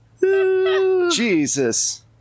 Jesus